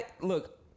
Look